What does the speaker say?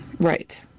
Right